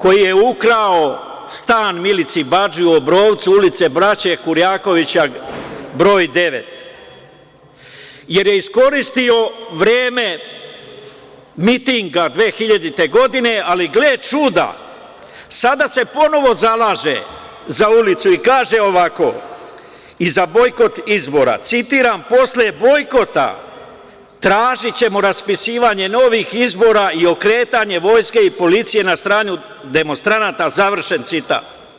koji je ukrao stan Milici Badži u Obrovcu, ulice Braće Kurjakovića broj devet, jer je iskoristio vreme mitinga 2000. godine, ali gle čuda, sada se ponovo zalaže za ulicu i kaže ovako za bojkot izbora, citiram – posle bojkota tražićemo raspisivanje novih izbora i okretanje vojske i policije na stranu demonstranata, završen citat.